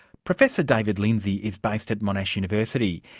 professor david lindsay is based at monash university.